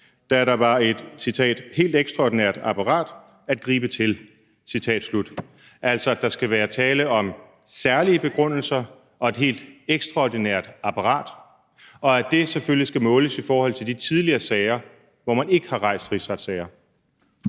da det var »et helt ekstraordinært apparat at gribe til«? Der skal altså være tale om særlige begrundelser og et helt ekstraordinært apparat, og det skal selvfølgelig måles i forhold til de tidligere sager, hvor man ikke har rejst rigsretssager.